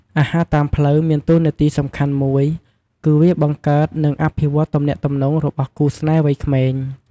អាហារតាមផ្លូវ មានតួនាទីសំខាន់មួយ គឹវាបង្កើត និងអភិវឌ្ឍទំនាក់ទំនងរបស់គូស្នេហ៍វ័យក្មេង។